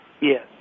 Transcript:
Yes